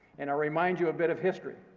and i'll remind you a bit of history.